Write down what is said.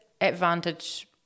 Advantage